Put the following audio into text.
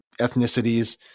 ethnicities